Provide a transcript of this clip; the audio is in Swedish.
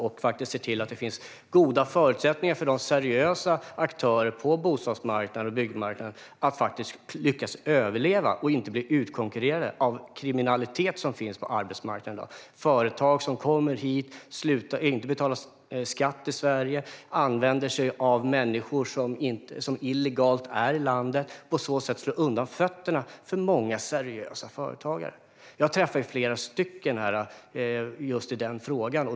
Det handlar om att se till att det finns goda förutsättningar för de seriösa aktörerna på bostadsmarknaden och byggmarknaden, så att de lyckas överleva och inte blir utkonkurrerade av den kriminalitet som finns på arbetsmarknaden i dag. Företag som kommer hit och som inte betalar skatt i Sverige och som använder sig av människor som är i landet illegalt slår undan fötterna för många seriösa företagare. Jag träffar flera av dem just i den frågan.